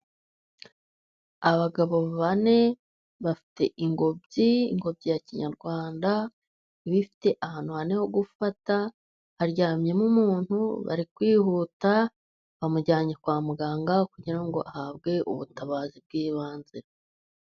Abagabo bane bafite ingobyi, ingobyi ya kinyarwanda iba ifite ahantu hane ho gufata. Haryamyemo umuntu bari kwihuta bamujyanye kwa muganga, kugira ngo ahabwe ubutabazi bw'ibanze.